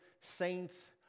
saints